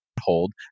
hold